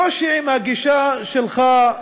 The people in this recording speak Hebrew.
הקושי עם הגישה שלך,